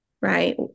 right